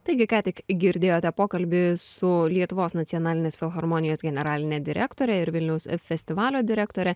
taigi ką tik girdėjote pokalbį su lietuvos nacionalinės filharmonijos generaline direktore ir vilniaus festivalio direktore